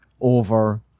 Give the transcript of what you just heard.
over